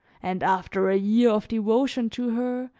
and, after a year of devotion to her,